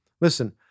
Listen